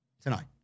tonight